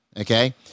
okay